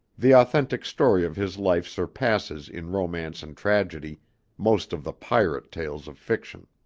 the authentic story of his life surpasses in romance and tragedy most of the pirate tales of fiction.